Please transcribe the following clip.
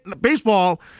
Baseball